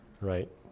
right